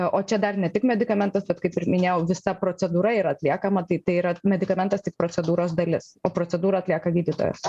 o čia dar ne tik medikamentas bet kaip ir minėjau visa procedūra yra atliekama tai tai yra medikamentas tik procedūros dalis o procedūrą atlieka gydytojas